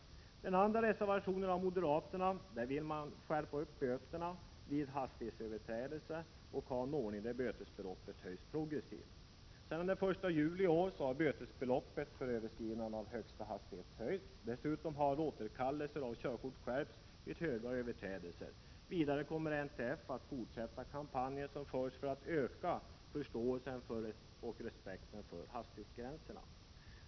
I den andra reservationen av moderaterna vill man skärpa böterna vid hastighetsöverträdelser och ha en ordning där bötesbeloppet höjs progressivt. Sedan den 1 juli i år har bötesbeloppet för överskridande av högsta hastighet höjts. Dessutom har en skärpning skett då det gäller stora hastighetsöverträdelser. Vidare kommer NTF att fortsätta kampanjen för att öka förståelsen och respekten för hastighetsgränserna.